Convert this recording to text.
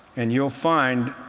and you'll find,